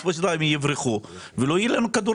בסופו של דבר הם יברחו ולא יהיה לנו כדורגל.